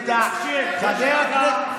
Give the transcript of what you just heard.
טאהא, בבקשה.